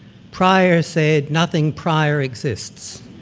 prior said nothing prior exists.